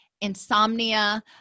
insomnia